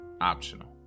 Optional